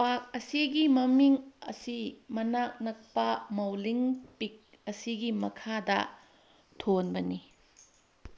park ꯑꯁꯤꯒꯤ ꯃꯃꯤꯡ ꯑꯁꯤ ꯃꯅꯥꯛ ꯅꯛꯄ ꯃꯧꯂꯤꯡ ꯄꯤꯛ ꯑꯁꯤꯒꯤ ꯃꯈꯥꯗ ꯊꯣꯟꯕꯅꯤ